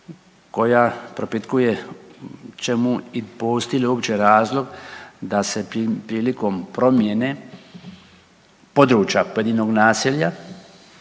koja propitkuje čemu i postoji li uopće razlog da se prilikom promjene područja pojedinog naselja